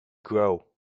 grow